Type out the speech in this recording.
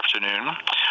afternoon